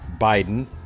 Biden